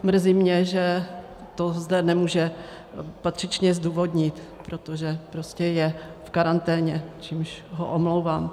Mrzí mě, že to zde nemůže patřičně zdůvodnit, protože prostě je v karanténě, čímž ho omlouvám.